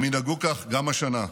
הם ינהגו כך גם השנה,